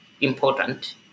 important